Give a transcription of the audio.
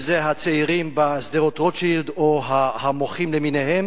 אם זה הצעירים בשדרות-רוטשילד או המוחים למיניהם.